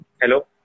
hello